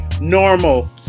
normal